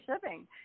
shipping